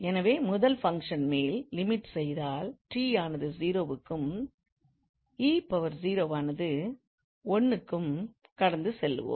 எனவே முதல் ஃபங்க்ஷன் மேல் லிமிட் செய்தால் t ஆனது 0 க்கும் 𝑒0 ஆனது 1க்கும் கடந்து செல்வோம்